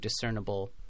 discernible